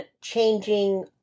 changing